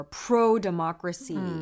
pro-democracy